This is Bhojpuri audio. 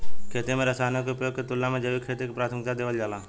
खेती में रसायनों के उपयोग के तुलना में जैविक खेती के प्राथमिकता देवल जाला